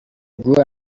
guhura